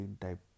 type